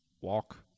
walk